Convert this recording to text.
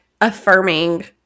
affirming